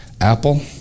Apple